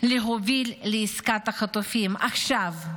להוביל לעסקת חטופים עכשיו,